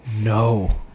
No